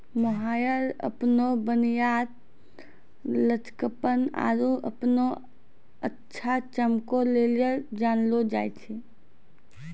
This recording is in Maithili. मोहायर अपनो बुनियाद, लचकपन आरु अपनो अच्छा चमको लेली जानलो जाय छै